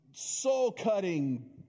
soul-cutting